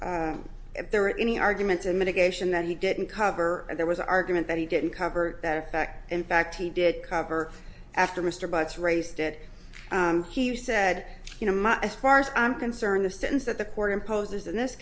if there were any arguments in mitigation that he didn't cover there was an argument that he didn't cover that effect in fact he did cover after mr butts raised it he said you know as far as i'm concerned the sentence that the court imposes in this